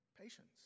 patience